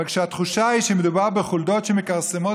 אבל כשהתחושה היא שמדובר בחולדות שמכרסמות